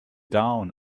down